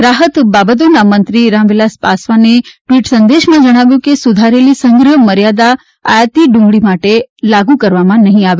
ગ્રાહક બાબતોના મંત્રી રામવિલાસ પાસવાને ટવીટ સંદેશમાં જણાવ્યું છે કે સુધારેલી સંગ્રહ મર્યાદા આયાતી ડુંગળી માટે લાગુ કરવામાં નહી આવે